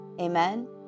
Amen